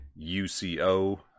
UCO